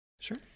Sure